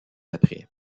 après